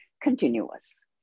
continuous